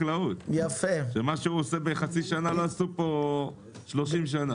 מה שהוא עושה בחצי שנה לא עשו פה במשך 30 שנים.